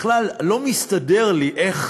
בכלל, לא מסתדר לי איך